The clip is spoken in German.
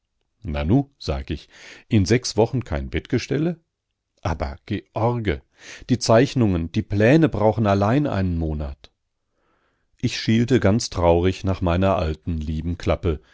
nanu sag ich in sechs wochen kein bettgestelle aber george die zeichnungen die pläne brauchen allein einen monat ich schielte ganz traurig nach meiner alten lieben klappe